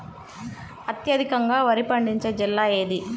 అత్యధికంగా వరి పండించే జిల్లా ఏది?